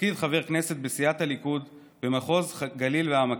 לתפקיד חבר כנסת בסיעת הליכוד במחוז הגליל והעמקים,